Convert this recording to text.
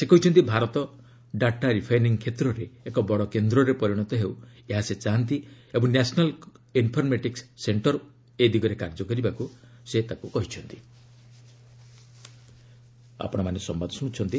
ସେ କହିଛନ୍ତି Bharat data refining କ୍ଷେତ୍ରରେ ଏକ ବଡ଼ କେନ୍ଦ୍ରରେ ପରିଣତ ହେଉ ଏହା ସେ ଚାହାନ୍ତି ଓ ନ୍ୟାସନାଲ୍ ଇନ୍ଫରମେଟିକ୍ ସେଣ୍ଟର ଏ ଦିଗରେ କାର୍ଯ୍ୟ କରିବାକୃ ସେ କହିଚ୍ଛନ୍ତି